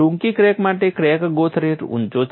ટૂંકી ક્રેક માટે crack growth rate ઉંચો છે